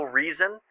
reason